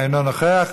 אינו נוכח.